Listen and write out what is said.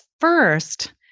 first